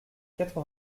quatre